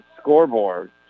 scoreboard